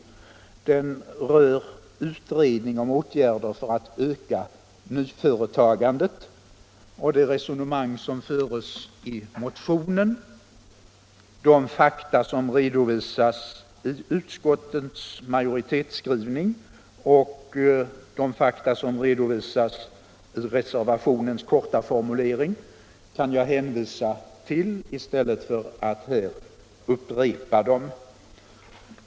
Reservationen rör utredning om åtgärder för att öka nyföretagandet, och det resonemang som föres i den bakomliggande motionen liksom de fakta som redovisas dels i utskottets majoritetsskrivning, dels i reservationens korta formulering kan jag hänvisa till i stället för att här upprepa dem.